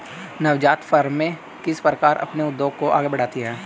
नवजात फ़र्में किस प्रकार अपने उद्योग को आगे बढ़ाती हैं?